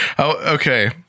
Okay